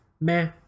meh